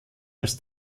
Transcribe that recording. als